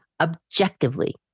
objectively